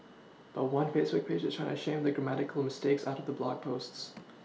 but one Facebook page is trying to shame the grammatical mistakes out of the blog posts